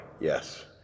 Yes